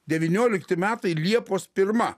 devyniolikti metai liepos pirma